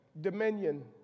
dominion